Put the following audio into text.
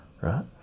Right